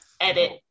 edit